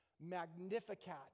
Magnificat